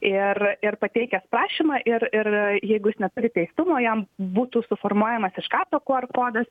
ir ir pateikęs prašymą ir ir jeigu jis neturi teistumo jam būtų suformuojamas iš karto qr kodas